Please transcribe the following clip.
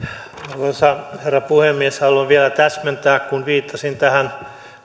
arvoisa herra puhemies haluan vielä täsmentää kun viittasin tähän